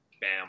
bam